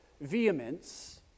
vehemence